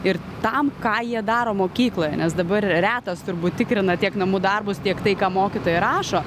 ir tam ką jie daro mokykloje nes dabar retas turbūt tikrina tiek namų darbus tiek tai ką mokytojai rašo